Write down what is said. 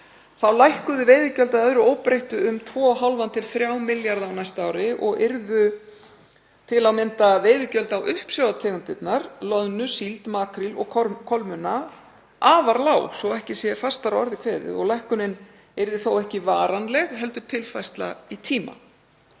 þá lækkuðu veiðigjöld að öðru óbreyttu um 2,5–til 3 milljarða á næsta ári og yrðu til að mynda veiðigjöld á uppsjávartegundirnar, loðnu, síld, makríl og kolmunna, afar lág, svo ekki sé fastar að orði kveðið. Lækkunin yrði þó ekki varanleg heldur tilfærsla í tíma.